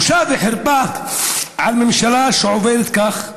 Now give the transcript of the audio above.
בושה וחרפה לממשלה שעובדת כך,